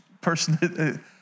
person